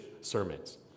sermons